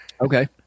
Okay